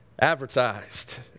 advertised